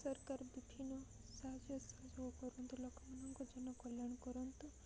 ସରକାର ବିଭିନ୍ନ ସାହାଯ୍ୟ ସହଯୋଗ କରନ୍ତୁ ଲୋକମାନଙ୍କ ଜନ କଲ୍ୟାଣ କରନ୍ତୁ